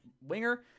winger